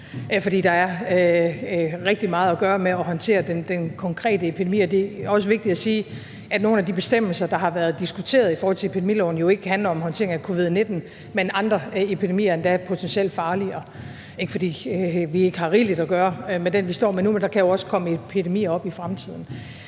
der er rigtig meget at gøre med at håndtere den konkrete epidemi. Det er også vigtigt at sige, at nogle af de bestemmelser, der har været diskuteret i forhold til epidemiloven, jo ikke handler om håndtering af covid-19, men andre epidemier, endda potentielt farligere. Ikke fordi vi ikke har rigeligt at gøre med den, vi står med nu, men der kan jo også komme epidemier op i fremtiden.